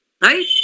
Right